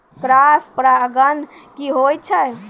Cross परागण की होय छै?